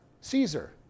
Caesar